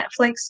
Netflix